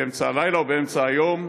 באמצע הלילה ובאמצע היום,